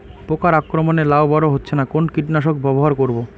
পোকার আক্রমণ এ লাউ বড় হচ্ছে না কোন কীটনাশক ব্যবহার করব?